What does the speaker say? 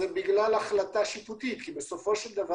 זה בגלל החלטה שיפוטית כי בסופו של דבר